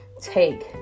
take